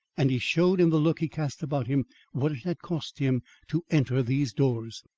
and he showed in the look he cast about him what it had cost him to enter these doors.